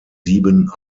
sieben